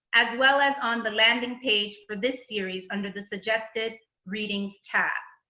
as well as on the landing page for this series under the suggested readings tab.